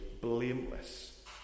blameless